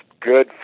good